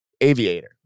aviator